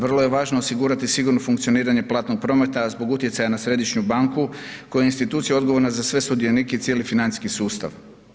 Vrlo je važno osigurati sigurno funkcioniranje platnog prometa, a zbog utjecaja na središnju banku koja je institucija odgovorna za sve sudionike i cijeli financijski sustav.